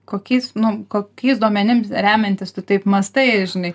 kokiais nu kokiais duomenims remiantis tu taip mąstai žinai